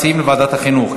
הם מציעים לוועדת החינוך,